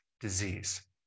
disease